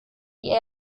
die